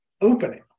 opening